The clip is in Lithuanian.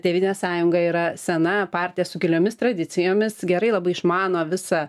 tėvynės sąjunga yra sena partija su giliomis tradicijomis gerai labai išmano visą